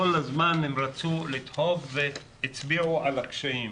כל הזמן הם רצו לדחוף והצביעו על הקשיים.